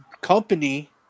company